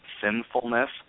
sinfulness